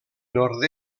nord